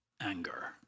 anger